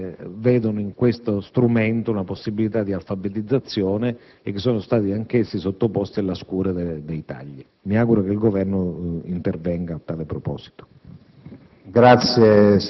lavoratori immigrati, i quali vedono in tale strumento una possibilità di alfabetizzazione. Anch'essi sono stati sottoposti alla scure dei tagli. Mi auguro che il Governo intervenga a tale proposito.